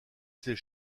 ces